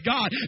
God